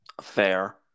fair